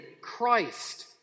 Christ